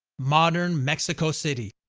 modern mexico city.